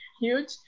huge